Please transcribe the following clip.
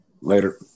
Later